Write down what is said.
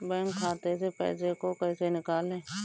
Bank खाते से पैसे को कैसे निकालें?